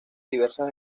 diversas